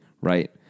right